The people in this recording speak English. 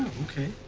okay.